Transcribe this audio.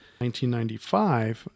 1995